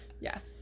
yes